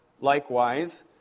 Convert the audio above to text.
Likewise